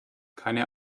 keine